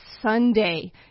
Sunday